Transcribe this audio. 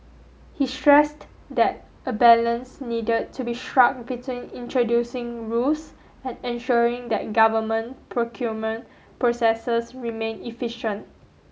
he stressed that a balance needed to be struck between introducing rules and ensuring that government procurement processes remain efficient